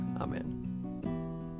Amen